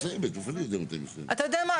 אתה יודע מה?